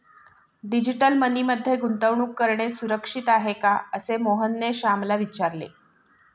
digital money मध्ये गुंतवणूक करणे सुरक्षित आहे का, असे मोहनने श्यामला विचारले